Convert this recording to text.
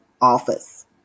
office